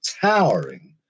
towering